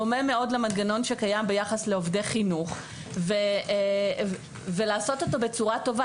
דומה מאוד למנגנון שקיים ביחס לעובדי חינוך ולעשות אותו בצורה טובה.